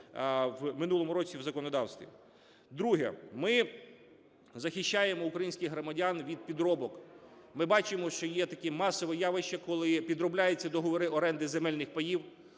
в минулому році в законодавстві. Друге. Ми захищаємо українських громадян від підробок. Ми бачимо, що є таке масове явище, коли підробляються договори оренди земельних паїв,